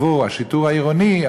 עבור השיטור העירוני.